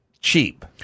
cheap